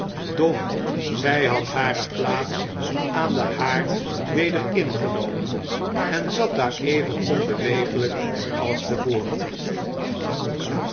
doch zij had hare plaats aan den haard weder ingenomen en zat daar even onbeweeglijk als te voren